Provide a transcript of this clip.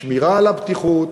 שמירה על הבטיחות,